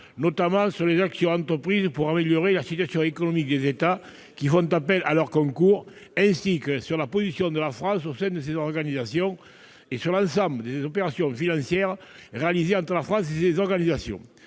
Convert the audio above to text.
notamment sur les actions entreprises pour améliorer la situation économique des États faisant appel à leurs concours, ainsi que sur la position de la France au sein de ces organisations et sur l'ensemble des opérations financières réalisées entre la France et ces organisations.